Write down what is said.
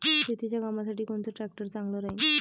शेतीच्या कामासाठी कोनचा ट्रॅक्टर चांगला राहीन?